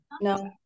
No